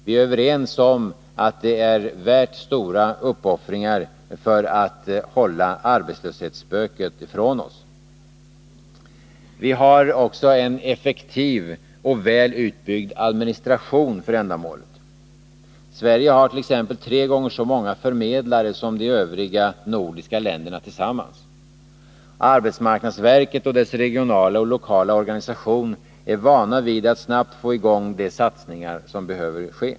Vi är överens om att det är värt stora uppoffringar för att hålla arbetslöshetsspöket ifrån oss. Vi har också en effektiv och väl utbyggd administration för ändamålet. Sverige har t.ex. tre gånger så många arbetsförmedlare som de övriga nordiska länderna tillsammans. Arbetsmarknadsverket och dess regionala och lokala organisation är vana vid att snabbt få i gång de satsningar som behöver ske.